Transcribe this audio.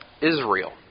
Israel